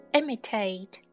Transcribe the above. imitate